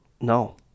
No